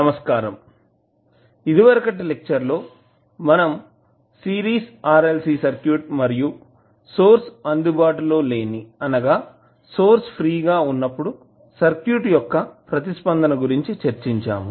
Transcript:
నమస్కారం ఇదివరకటి లెక్చర్ లో మనం సిరీస్ RLC సర్క్యూట్ మరియు సోర్స్ అందుబాటులో లేని అనగా సోర్స్ ఫ్రీ గా ఉన్నప్పుడు సర్క్యూట్ యొక్క ప్రతిస్పందన గురించి చర్చించాము